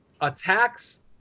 attacks